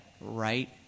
right